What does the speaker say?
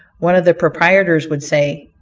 one of the proprietors would say,